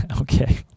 Okay